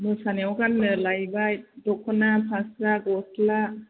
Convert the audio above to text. मोसानायाव गाननो लायबाय दखना फास्रा गस्ला